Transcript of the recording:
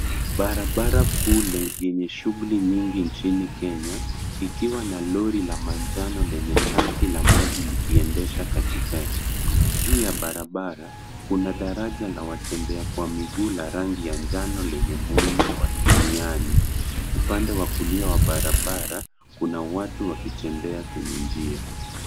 Barabara kuu lenye shughuli nyingi nchini Kenya, ikiwa na lori la manjano lenye tanki la maji likiendesha katikati. Juu ya barabara, kuna daraja la watembea kwa miguu la rangi ya njano lenye muundo wa kimiani. Upande wa kulia wa barabara kuna watu wakitembea kwenye njia.